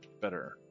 better